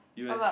you eh